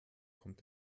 kommt